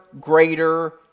greater